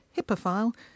hippophile